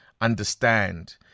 understand